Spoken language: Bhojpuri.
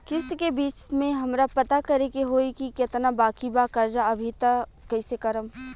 किश्त के बीच मे हमरा पता करे होई की केतना बाकी बा कर्जा अभी त कइसे करम?